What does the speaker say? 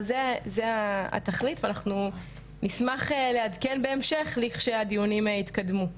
זאת התכלית ואנחנו נשמח לעדכן בהמשך לכשהדיונים יתקדמו.